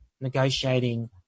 negotiating